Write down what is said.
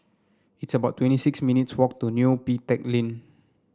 it's about twenty six minutes' walk to Neo Pee Teck Lane